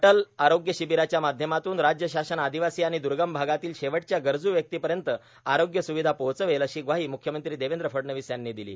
अटल आरोग्य शिबीराच्या माध्यमातून राज्य शासन आर्ादवासी आर्ाण द्रगम भागातील शेवटच्या गरजू व्यक्तिपयत आरोग्य र्म्रावधा पोहोचवेल अशी ग्वाहो म्रख्यमंत्री देवद्र फडणवीस यांनी दिलो